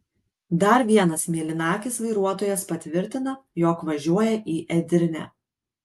dar vienas mėlynakis vairuotojas patvirtina jog važiuoja į edirnę